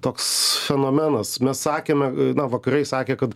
toks fenomenas mes sakėme na vakarai sakė kad